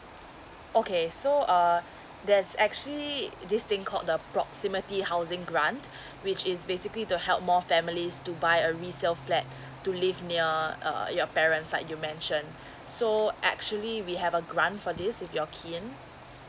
okay so err there's actually this thing called the proximity housing grant which is basically to help more families to buy a resale flat to live near uh your parents like you mentioned so actually we have a grant for this if your kin